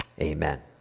Amen